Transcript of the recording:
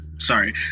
sorry